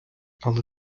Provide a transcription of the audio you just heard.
але